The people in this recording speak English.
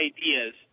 ideas